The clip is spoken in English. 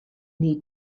need